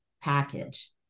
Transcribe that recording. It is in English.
package